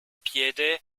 piede